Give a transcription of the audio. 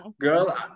Girl